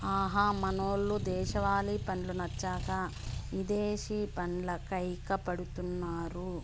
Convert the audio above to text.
హ మనోళ్లకు దేశవాలి పండ్లు నచ్చక ఇదేశి పండ్లకెగపడతారు